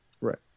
Right